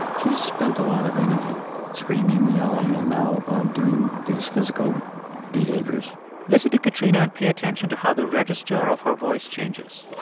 she's spent a lot of energy screaming, yelling and now doing these physical behaviors listen to katrina, and pay attention to how the register of her voice changes